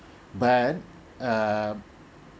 but err